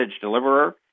deliverer